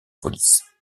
police